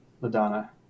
Madonna